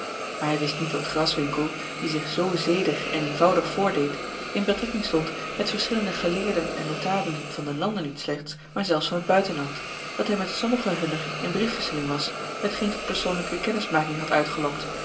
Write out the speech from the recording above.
maar hij wist niet dat graswinckel die zich zoo zedig en eenvoudig voordeed in betrekking stond met verschillende geleerden en notabelen van den lande niet slechts maar zelfs van het buitenland dat hij met sommigen hunner in briefwisseling was hetgeen tot persoonlijke kennismaking had uitgelokt